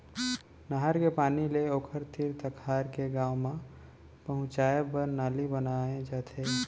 नहर के पानी ले ओखर तीर तखार के गाँव म पहुंचाए बर नाली बनाए जाथे